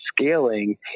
scaling